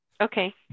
Okay